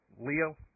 Leo